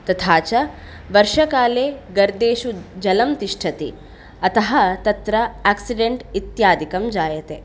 तथा च वर्षाकाले गर्तेषु जलं तिष्ठति अतः तत्र एक्सिडेण्ट् इत्यादिकं जायते